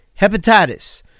hepatitis